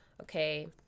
okay